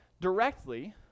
directly